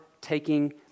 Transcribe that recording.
taking